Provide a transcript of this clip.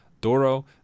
Doro